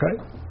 okay